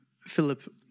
Philip